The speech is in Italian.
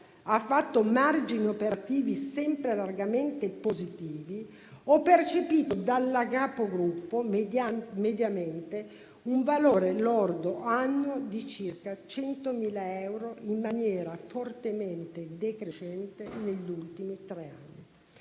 ha fatto margini operativi sempre largamente positivi, ho percepito dalla capogruppo mediamente un valore lordo annuo di circa 100.000 euro in maniera fortemente decrescente negli ultimi tre anni.